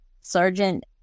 Sergeant